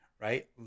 right